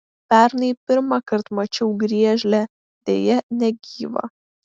pernai pirmąkart mačiau griežlę deja negyvą